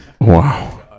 Wow